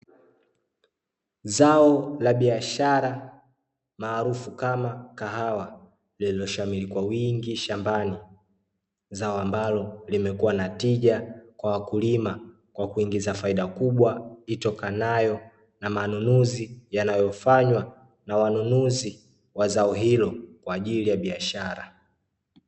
Zao la biashara maarufu kama kahawa, lililoshamiri kwa wingi shambani. Zao ambalo limekuwa na tija kwa wakulima, kwa kuingiza faida kubwa itokanayo na manunuzi yanayofanywa na wanunuzi wa zao hilo kwa ajili ya biashara.